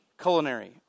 culinary